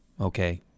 okay